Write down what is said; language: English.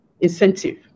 incentive